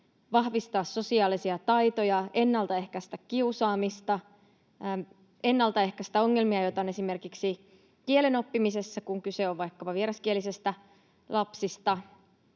vahvistaa sosiaalisia taitoja, ennaltaehkäistä kiusaamista, ennaltaehkäistä ongelmia, joita on esimerkiksi kielen oppimisessa, kun kyse on vaikkapa vieraskielisistä lapsista